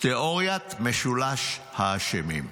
תיאוריית משולש האשמים.